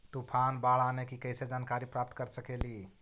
तूफान, बाढ़ आने की कैसे जानकारी प्राप्त कर सकेली?